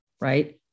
right